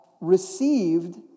received